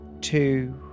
Two